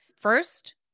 First